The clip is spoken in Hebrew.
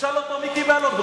תשאל אותו מי קיבל אותו.